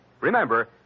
remember